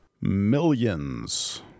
Millions